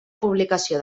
publicació